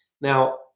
Now